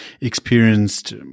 experienced